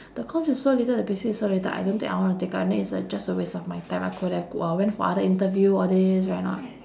the comms is so little and the basic is so little I don't think I want to take up and then it's a just a waste of my time I could have go uh went for other interview all this right or not